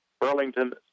Burlington